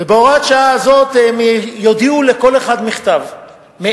ובהוראת שעה הזאת הם יודיעו במכתב לכל אחד